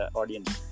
audience